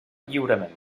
lliurement